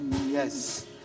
Yes